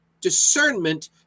discernment